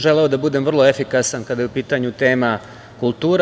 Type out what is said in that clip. Želeo bih da budem vrlo efikasan kada je u pitanju tema kulture.